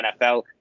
NFL